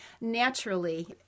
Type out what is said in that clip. naturally